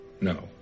No